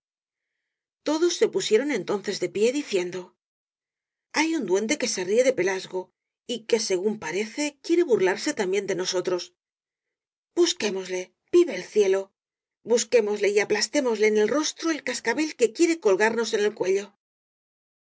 todos se pusieron entonces de pie diciendo hay un duende eme se ríe de pelasgo y que según parece quiere burlarse también de nosotros busquémosle vive el cielo busquémosle y aplastémosle en el rostro el cascabel que quiere colgarnos al cuello